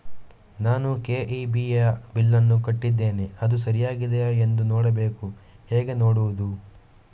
ನಾನು ಕೆ.ಇ.ಬಿ ಯ ಬಿಲ್ಲನ್ನು ಕಟ್ಟಿದ್ದೇನೆ, ಅದು ಸರಿಯಾಗಿದೆಯಾ ಎಂದು ನೋಡಬೇಕು ಹೇಗೆ ನೋಡುವುದು?